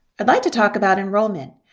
i'd like to talk about enrollment.